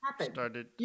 started